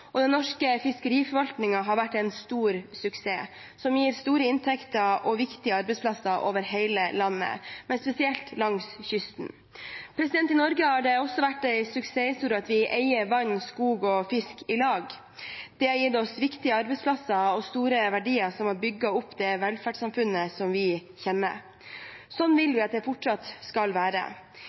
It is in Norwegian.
og den norske fiskeriforvaltningen har vært en stor suksess, som gir store inntekter og viktige arbeidsplasser over hele landet, spesielt langs kysten. I Norge har det også vært en suksesshistorie at vi eier vann, skog og fisk i lag. Det har gitt oss viktige arbeidsplasser og store verdier som har bygd opp det velferdssamfunnet vi kjenner. Sånn vil vi at det fortsatt skal være.